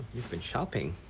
you've been shopping.